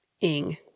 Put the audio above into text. ing